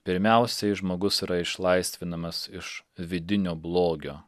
pirmiausiai žmogus yra išlaisvinamas iš vidinio blogio